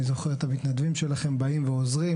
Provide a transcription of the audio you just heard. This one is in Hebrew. אני זוכר את המתנדבים שלכם באים ועוזרים,